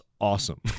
awesome